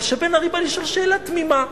אבל כשבן-ארי בא לשאול שאלה תמימה,